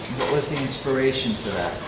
what was the inspiration for that?